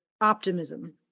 optimism